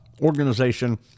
organization